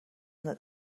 that